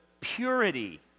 purity